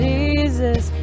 Jesus